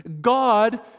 God